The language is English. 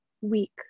weak